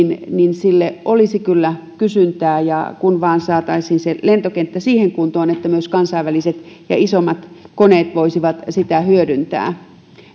sille olisi kyllä kysyntää kun vain saataisiin se lentokenttä siihen kuntoon että myös kansainväliset ja isommat koneet voisivat sitä hyödyntää